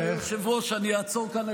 לבקשת היושב-ראש אני אעצור כאן.